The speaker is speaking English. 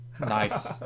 Nice